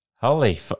Holy